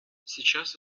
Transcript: сейчас